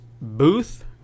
booth